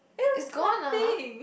is gone (uh huh)